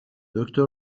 دکتر